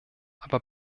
aber